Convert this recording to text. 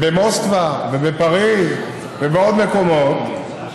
וגם של הדמוקרטיה,